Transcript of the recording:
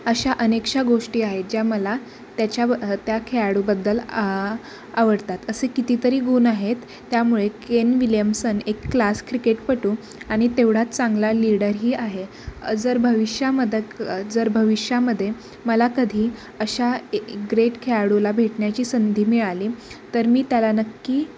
अशा अनेक अशा गोष्टी आहेत ज्या मला त्याच्याब त्या खेळाडूबद्दल आ आवडतात असे कितीतरी गूण आहेत त्यामुळे केन विलियम्सन एक क्लास क्रिकेटपटू आणि तेवढाच चांगला लीडरही आहे जर भविष्यामदक जर भविष्यामध्ये मला कधी अशा ए ग्रेट खेळाडूला भेटण्याची संधी मिळाली तर मी त्याला नक्की